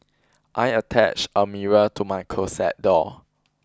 I attached a mirror to my closet door